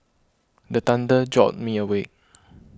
the thunder jolt me awake